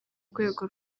rwego